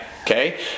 Okay